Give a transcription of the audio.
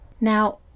Now